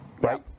right